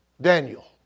Daniel